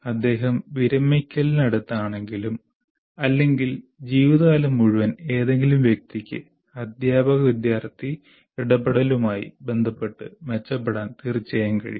അദ്ദേഹം വിരമിക്കലിനടുത്താണെങ്കിലും അല്ലെങ്കിൽ ജീവിതകാലം മുഴുവൻ ഏതെങ്കിലും വ്യക്തിക്ക് അധ്യാപക വിദ്യാർത്ഥി ഇടപെടലുമായി ബന്ധപ്പെട്ട് മെച്ചപ്പെടാൻ കഴിയും